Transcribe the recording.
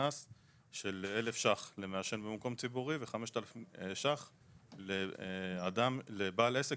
קנס של 1,000 שקלים למעשן במקום ציבורי ו-5,000 שקלים לבעל עסק